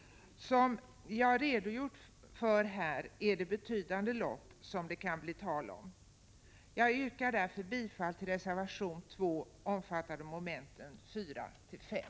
Som jag redogjort för här är det betydande belopp som det kan bli tal om. Jag yrkar med detta bifall till reservation 2 avseende mom. 4—5.